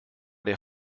der